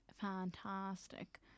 fantastic